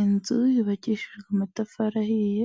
Inzu yubakishijwe amatafari ahiye